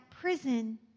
prison